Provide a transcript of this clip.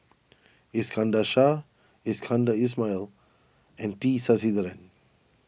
Iskandar Shah Iskandar Ismail and T Sasitharan